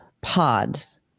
pods